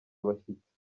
abashyitsi